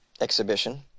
exhibition